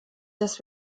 dass